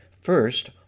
First